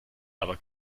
aber